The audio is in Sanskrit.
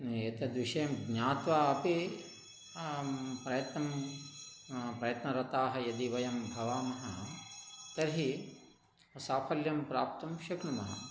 एतद् विषयं ज्ञात्वा अपि प्रयत्नं प्रयत्नरताः यदि वयं भवामः तर्हि साफल्यं प्राप्तुं शक्नुमः